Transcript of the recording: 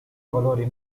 valori